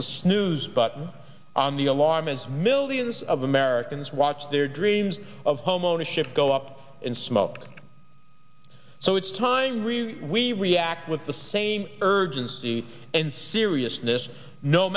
the snooze button on the alarm as millions of americans watched their dreams of homeownership go up in smoke so it's time we react with the same urgency and seriousness no